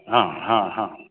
हाँ हाँ हाँ